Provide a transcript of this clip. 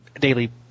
Daily